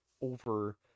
over